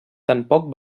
tampoc